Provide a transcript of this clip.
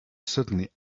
suddenly